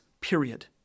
period